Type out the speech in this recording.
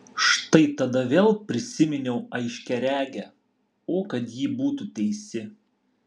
štai tada vėl prisiminiau aiškiaregę o kad ji būtų teisi